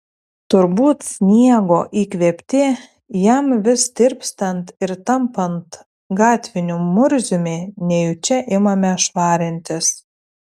turbūt sniego įkvėpti jam vis tirpstant ir tampant gatviniu murziumi nejučia imame švarintis